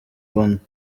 wundi